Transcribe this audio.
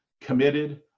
committed